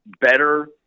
better